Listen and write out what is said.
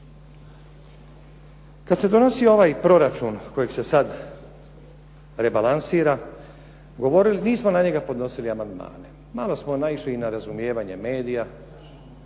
Kad se donosio ovaj proračun kojeg se sad rebalansira, nismo na njega podnosili amandmane. Malo smo naišli i na razumijevanje medija,